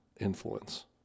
influence